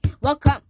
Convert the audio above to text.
welcome